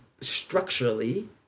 structurally